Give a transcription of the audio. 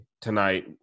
tonight